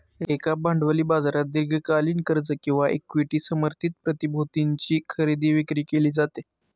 एका भांडवली बाजारात दीर्घकालीन कर्ज किंवा इक्विटी समर्थित प्रतिभूतींची खरेदी विक्री केली जाते